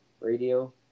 radio